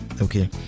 okay